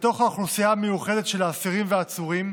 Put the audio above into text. בתוך האוכלוסייה המיוחדת של האסירים והעצורים,